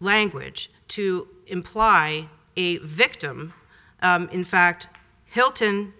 language to imply a victim in fact hilton